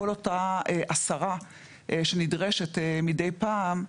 כל אותה הסרה שנדרשת מידי פעם,